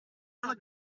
how